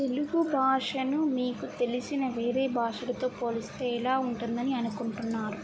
తెలుగు భాషను మీకు తెలిసిన వేరే భాషలతో పోలిస్తే ఎలా ఉంటుందని అనుకుంటున్నారు